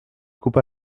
coupa